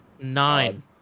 nine